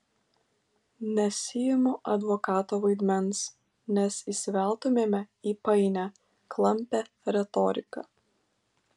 nesiimu advokato vaidmens nes įsiveltumėme į painią klampią retoriką